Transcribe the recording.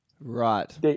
Right